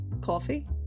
Coffee